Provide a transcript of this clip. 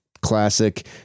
classic